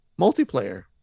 multiplayer